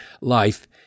life